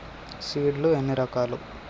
Seed లు ఎన్ని రకాలు?